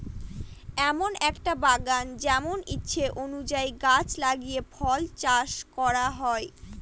এমন একটা বাগান যেমন ইচ্ছে অনুযায়ী গাছ লাগিয়ে ফল চাষ করা হয়